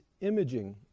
imaging